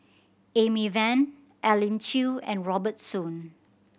Amy Van Elim Chew and Robert Soon